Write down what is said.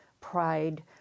pride